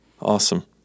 Awesome